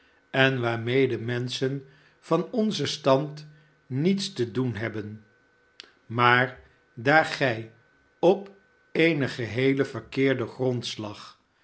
en waarmede menschen van onzen stand niets te doen hebben maar daar gij op een geheelen verkeerden grondslag